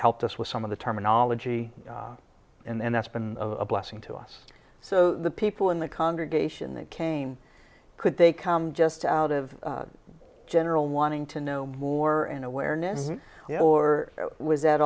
helped us with some of the terminology and that's been a blessing to us so the people in the congregation that came could they come just out of general wanting to know more an awareness or was